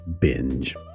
binge